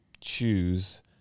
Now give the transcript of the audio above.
choose